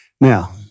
Now